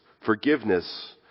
forgiveness